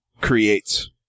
creates